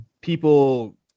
people